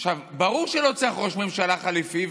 ברור שלא צריך ראש ממשלה חליפי,